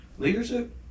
Leadership